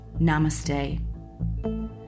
Namaste